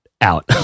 out